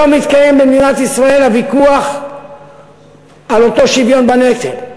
היום מתקיים במדינת ישראל הוויכוח על אותו שוויון בנטל,